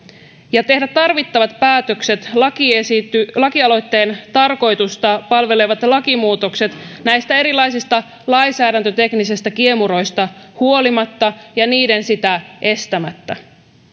ja tehdä tarvittavat päätökset lakialoitteen lakialoitteen tarkoitusta palvelevat lakimuutokset näistä erilaisista lainsäädäntöteknisistä kiemuroista huolimatta ja niiden sitä estämättä